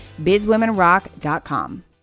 bizwomenrock.com